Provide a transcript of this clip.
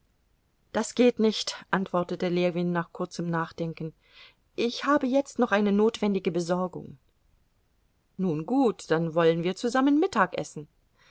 das geht nicht antwortete ljewin nach kurzem nachdenken ich habe jetzt noch eine notwendige besorgung nun gut dann wollen wir zusammen